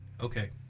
Okay